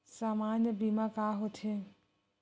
सामान्य बीमा का होथे?